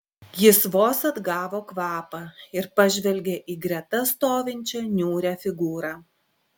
jis vos atgavo kvapą ir pažvelgė į greta stovinčią niūrią figūrą